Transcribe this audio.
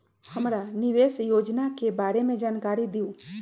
हमरा निवेस योजना के बारे में जानकारी दीउ?